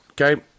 Okay